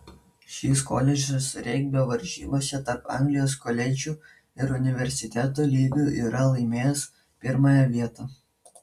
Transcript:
šis koledžas regbio varžybose tarp anglijos koledžų ir universitetų lygų yra laimėjęs pirmąją vietą